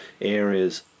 areas